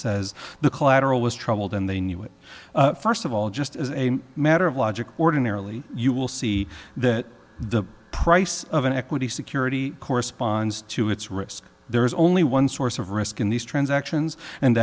says the collateral was troubled and they knew it first of all just as a matter of logic ordinarily you will see that the price of an equity security corresponds to its risk there is only one source of risk in these transactions and